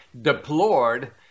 deplored